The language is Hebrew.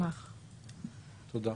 תודה.